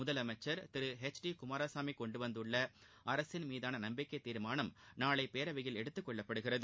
முதலமைச்சர் Thiru H D Kumaraswamy கொண்டுவந்துள்ள அரசின் மீதான நம்பிக்கை தீர்மானம் நாளை பேரவையில் எடுத்துக்கொள்ளப்படுகிறது